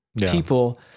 people